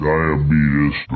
Diabetes